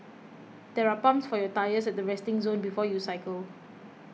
there are pumps for your tyres at the resting zone before you cycle